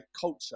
culture